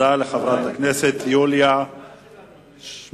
תודה לחברת הכנסת יוליה שמאלוב-ברקוביץ,